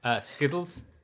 Skittles